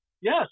Yes